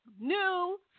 New